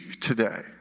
today